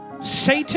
Satan